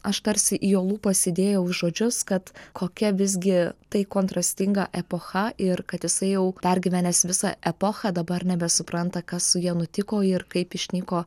aš tarsi į jo lūpas įdėjau žodžius kad kokia visgi tai kontrastinga epocha ir kad jisai jau pergyvenęs visą epochą dabar nebesupranta kas su ja nutiko ir kaip išnyko